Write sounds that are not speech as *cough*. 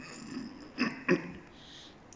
*noise*